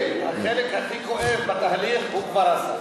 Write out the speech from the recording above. החלק הכי כואב בתהליך הוא כבר עשה.